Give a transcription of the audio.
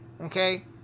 Okay